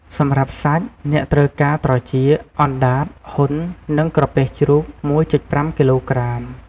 សម្រាប់សាច់ អ្នកត្រូវការ ត្រចៀក អណ្ដាត ហ៊ុន និងក្រពះជ្រូក ១.៥ គីឡូក្រាម។